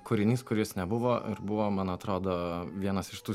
kūrinys kuris nebuvo ir buvo man atrodo vienas iš tų